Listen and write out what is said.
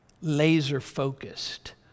laser-focused